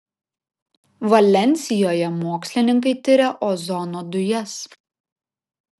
valensijoje mokslininkai tiria ozono dujas